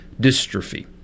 dystrophy